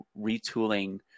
retooling